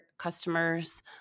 customers